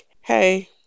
hey